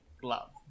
glove